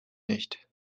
nicht